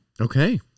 Okay